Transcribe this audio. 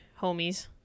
homies